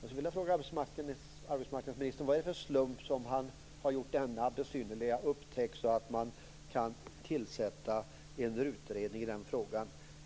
Jag skulle vilja fråga arbetsmarknadsministern vilken slump som gjort att man har gjort denna besynnerliga upptäckt, som lett till att man tillsätter en utredning i frågan.